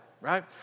right